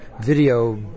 video